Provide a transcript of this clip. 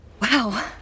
Wow